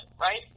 right